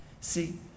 See